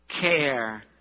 care